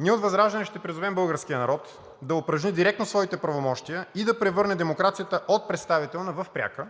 ние от ВЪЗРАЖДАНЕ ще призовем българския народ да упражни директно своите правомощия и да превърне демокрацията от представителна в пряка,